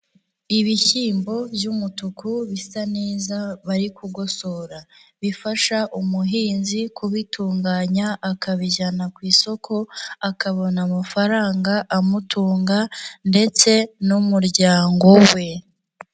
Ibishyimbo by'umutuku bisa neza bari kugosora, bifasha umuhinzi kubitunganya akabijyana ku isoko akabona amafaranga amutunga ndetse n'umuryango we.